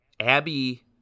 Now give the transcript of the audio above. Abby